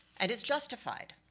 and it's justified.